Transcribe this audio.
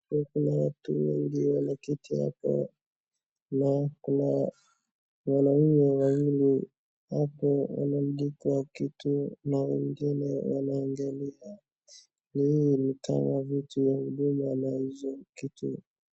Kuna watu wengi walioketi hapo na kuna wanaume wawili hapo wanaandika kitu na wengine wanaangalia. Hii ni kama vitu ya huduma na hizo kitu.